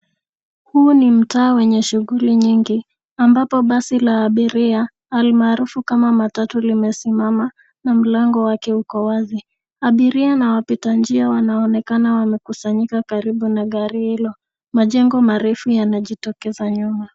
Huu ni mtaa wenye shughuli nyingi ambapo basi la abiria almaarufu kama matatu limesimama na mlango wake uko wazi. Abiria na wapita njia wamekusanyika karibu na gari hilo. Majengo marefu yanajitokeza nyuma.